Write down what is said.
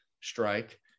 strike